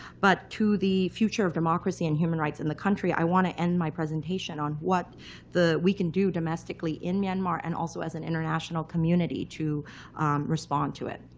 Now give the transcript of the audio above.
but to the future of democracy and human rights in the country, i want to end my presentation on what we can do domestically in myanmar and also as an international community to respond to it.